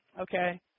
Okay